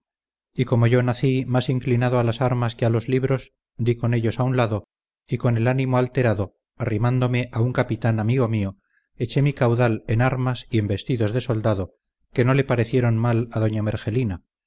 y como yo nací más inclinado a las armas que a los libros di con ellos a un lado y con el ánimo alterado arrimándome a un capitán amigo mío eché mi caudal en armas y en vestidos de soldado que no le parecieron mal a doña mergelina